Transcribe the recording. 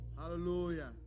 Hallelujah